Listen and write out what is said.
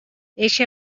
eixa